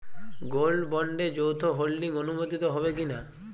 Gold বন্ডে যৌথ holding অনুমোদিত হবে কিনা?